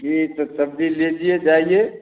जी तो सब्जी लीजिए जाइए